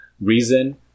reason